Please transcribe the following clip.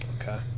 Okay